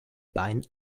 bein